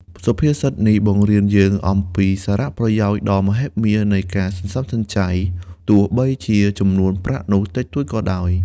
សុភាសិតនេះបង្រៀនយើងអំពីសារៈប្រយោជន៍ដ៏មហិមានៃការសន្សំសំចៃ ទោះបីជាចំនួនប្រាក់នោះតិចតួចក៏ដោយ។